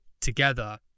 together